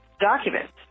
documents